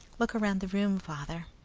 look round the room, father.